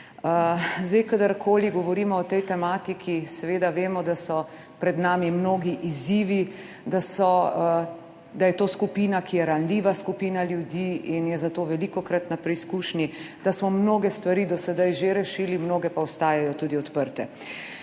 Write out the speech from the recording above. Kadarkoli govorimo o tej tematiki, seveda vemo, da so pred nami mnogi izzivi, da je to skupina, ki je ranljiva skupina ljudi in je zato velikokrat na preizkušnji, da smo mnoge stvari do sedaj že rešili, mnoge pa ostajajo tudi odprte.